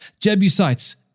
Jebusites